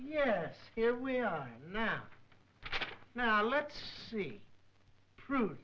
yes here we are now now let's see proof